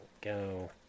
Go